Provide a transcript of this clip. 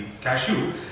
cashew